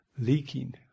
Leaking